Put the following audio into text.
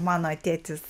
mano tėtis